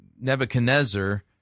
Nebuchadnezzar